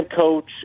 coach